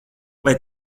vai